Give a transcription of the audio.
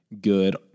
good